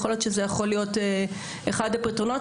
יכול להיות שזה יכול להיות אחד הפתרונות,